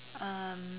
um